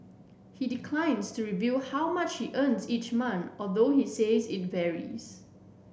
he declines to reveal how much earns each month although he says it varies